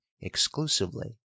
exclusively